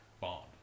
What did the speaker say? Bond